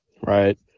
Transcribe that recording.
Right